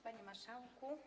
Panie Marszałku!